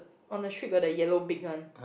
on the street got the yellow big one